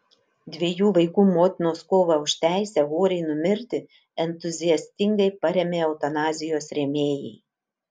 dviejų vaikų motinos kovą už teisę oriai numirti entuziastingai parėmė eutanazijos rėmėjai